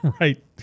right